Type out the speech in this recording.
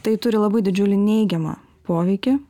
tai turi labai didžiulį neigiamą poveikį